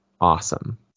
awesome